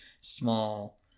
small